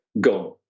Gone